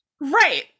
Right